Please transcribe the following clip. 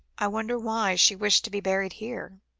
i wonder why she wished to be buried here.